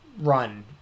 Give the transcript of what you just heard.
run